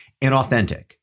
inauthentic